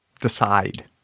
decide